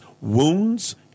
wounds